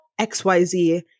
XYZ